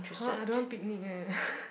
!huh! I don't want Picnic eh